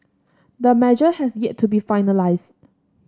the measure has yet to be finalised